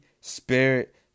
spirit